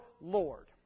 Lord